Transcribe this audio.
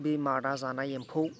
बे मादा जानाय एम्फौ